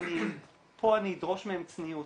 פה אני אדרוש מהם צניעות.